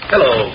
Hello